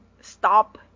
stop